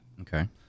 Okay